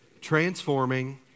transforming